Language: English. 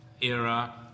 era